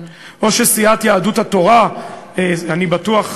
או שסיעת יהדות התורה, אני בטוח,